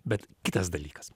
bet kitas dalykas